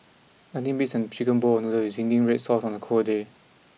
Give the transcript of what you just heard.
nothing beats an chicken bowl of noodles with zingy Red Sauce on a cold day